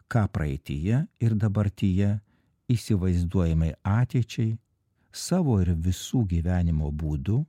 ką praeityje ir dabartyje įsivaizduojamai ateičiai savo ir visų gyvenimo būdu